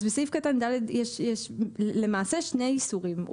אז בסעיף קטן (ד) יש למעשה שני איסורים,